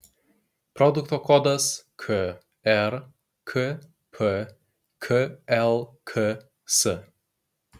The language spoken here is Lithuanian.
produkto kodas krkp klks